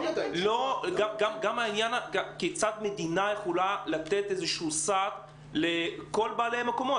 גם לא כיצד המדינה יכולה לתת איזשהו סעד לכל בעלי המקומות.